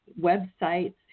websites